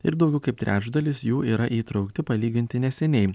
ir daugiau kaip trečdalis jų yra įtraukti palyginti neseniai